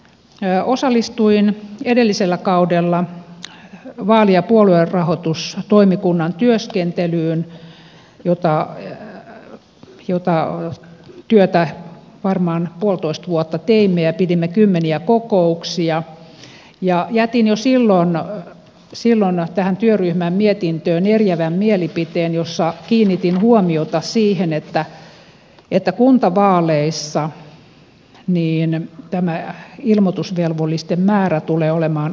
osallistuin edellisellä kaudella vaali ja puoluerahoitustoimikunnan työskentelyyn jota työtä varmaan puolitoista vuotta teimme ja pidimme kymmeniä kokouksia ja jätin jo silloin tähän työryhmän mietintöön eriävän mielipiteen jossa kiinnitin huomiota siihen että kuntavaaleissa tämä ilmoitusvelvollisten määrä tulee olemaan aivan valtava